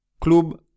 Club